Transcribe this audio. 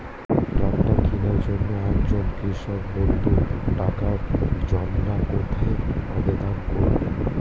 Tractor কিনার জন্য একজন কৃষক বন্ধু টাকার জন্য কোথায় আবেদন করবে?